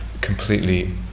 completely